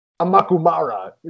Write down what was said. Amakumara